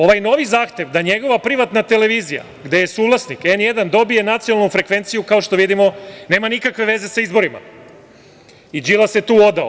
Ovaj novi zahtev da njegova privatna televizija, gde je suvlasnik, N1 dobije nacionalnu frekvenciju, kao što vidimo, nema nikakve veze sa izborima i Đilas se tu odao.